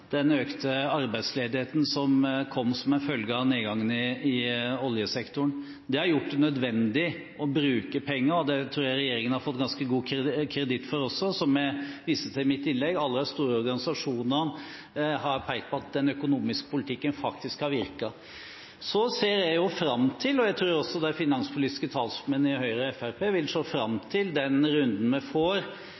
den økte arbeidsledigheten som kom som en følge av nedgangen i oljesektoren. Det har gjort det nødvendig å bruke penger, og det tror jeg regjeringen har fått ganske mye kreditt for også. Som jeg viste til i mitt innlegg, har alle de store organisasjonene pekt på at den økonomiske politikken faktisk har virket. Så ser jeg fram til, og jeg tror også de finanspolitiske talsmenn i Høyre og Fremskrittspartiet ser fram